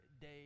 day